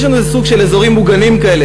לנו איזה סוג של אזורים מוגנים כאלה,